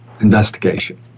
investigation